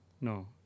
No